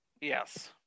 Yes